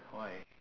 why